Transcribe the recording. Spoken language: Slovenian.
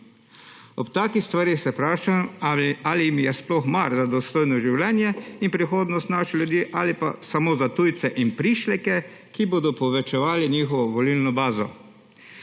Ob takih stvareh se vprašam, ali jim je sploh mar za dostojno življenje in prihodnost naših ljudi ali pa samo za tujce in prišleke, ki bodo povečevali njihovo volilno bazo.